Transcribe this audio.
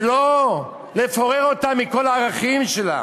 ולא לפורר אותה מכל הערכים שלה.